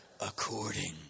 according